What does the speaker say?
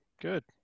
Good